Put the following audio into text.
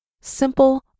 simple